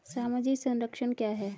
सामाजिक संरक्षण क्या है?